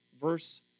verse